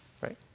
right